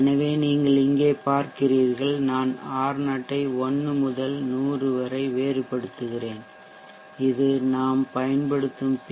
எனவே நீங்கள் இங்கே பார்க்கிறீர்கள் நான் R0 ஐ 1 முதல் 100 வரை வேறுபடுத்துகிறேன் இது நாம் பயன்படுத்தும் பி